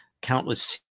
countless